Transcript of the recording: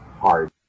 hard